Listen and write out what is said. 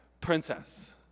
princess